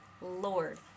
Lord